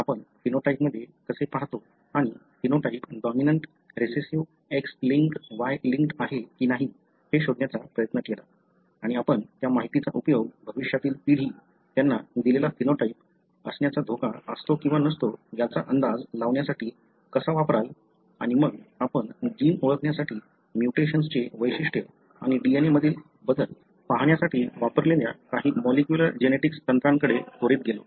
आपण फिनोटाइपमध्ये कसे पाहतो आणि phenotype dominant recessive X linked Y linked आहे की नाही हे शोधण्याचा प्रयत्न केला आणि आपण त्या माहितीचा उपयोग भविष्यातील पिढी त्यांना दिलेला फिनोटाइप असण्याचा धोका असतो किंवा नसतो याचा अंदाज लावण्यासाठी कसा वापराल आणि मग आपण जीन ओळखण्यासाठी म्युटेशन्सचे वैशिष्ट्य आणि DNA मधील बदल पाहण्यासाठी वापरलेल्या काही मॉलिक्युलर जेनेटिक्स तंत्रांकडे त्वरीत गेलो